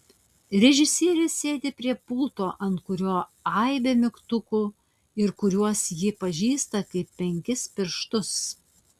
režisierė sėdi prie pulto ant kurio aibė mygtukų ir kuriuos ji pažįsta kaip penkis pirštus